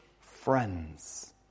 friends